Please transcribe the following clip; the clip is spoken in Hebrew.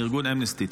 מארגון אמנסטי.